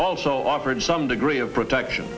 also offered some degree of protection